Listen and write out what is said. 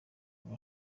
aba